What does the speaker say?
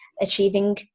achieving